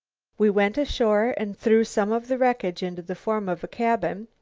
we went ashore and threw some of the wreckage into the form of a cabin.